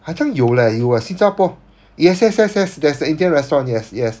好像有 leh 有 ah 新加坡 yes yes yes yes there's a indian restaurant yes yes